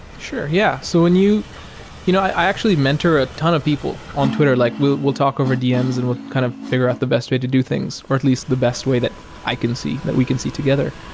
sure, yeah. so and you know i actually mentor a ton of people on twitter, like we'll we'll talk over dm's and we'll kind of fi gure out the best way to do things, or at least the best way that i can see that we can see together.